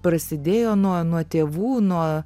prasidėjo nuo nuo tėvų nuo